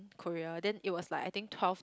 Korea then it was like I think twelve